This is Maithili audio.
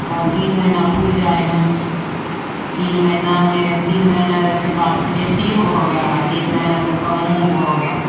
तब तीन महिना पुरि जाइ हइ तऽ तीन महिनामे तीन महिनासँ बा बेसिओ भऽ गेल आओर तीन महिनासँ कमो भऽ गेल